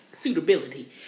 Suitability